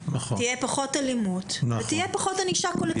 תהיה פחות אלימות ותהיה פחות ענישה קולקטיבית.